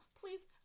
Please